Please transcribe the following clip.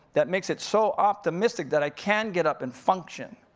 that makes it so optimistic that i can get up and function,